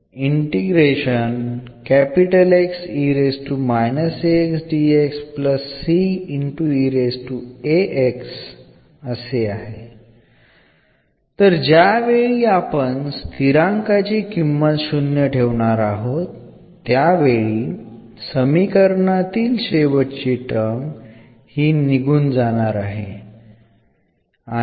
അതിനാൽ ഇവിടെ ഇത് പ്രധാനപ്പെട്ടതല്ല നമുക്ക് തത്ത്വത്തിൽ ഏത് മൂല്യവും നൽകാം എന്നാൽ ഏറ്റവും ലളിതമായത് ഈ യ്ക്ക് 0 നൽകിക്കൊണ്ട് ആണ്